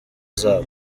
zabo